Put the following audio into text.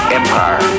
empire